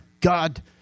God